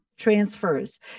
Transfers